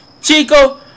Chico